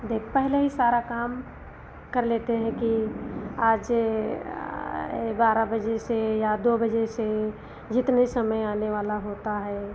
देख पहले ही सारा काम कर लेते हैं कि आज बारह बजे से या दो बजे से जितने समय आने वाला होता है